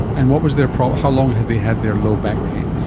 and what was their problem? how long had they had their low back pain?